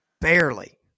Barely